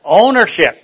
Ownership